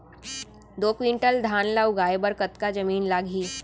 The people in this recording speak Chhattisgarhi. दो क्विंटल धान ला उगाए बर कतका जमीन लागही?